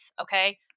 Okay